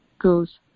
goes